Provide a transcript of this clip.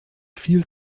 viel